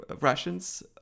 Russians